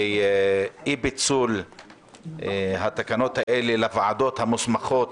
לאי-פיצול התקנות האלה לוועדות המוסמכות